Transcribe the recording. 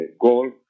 goal